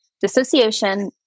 Dissociation